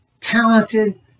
talented